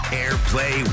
airplay